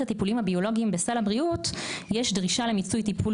הטיפולים הביולוגיים בסל הבריאות יש דרישה למיצוי טיפול